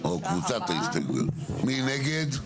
מי נגד?